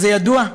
זה ידוע,